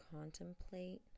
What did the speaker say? contemplate